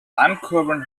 ankurbeln